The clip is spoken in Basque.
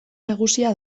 nagusia